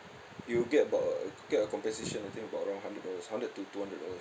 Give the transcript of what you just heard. you get about uh get a compensation I think about around hundred dollars hundred to two hundred dollars